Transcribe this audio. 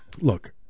Look